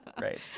Right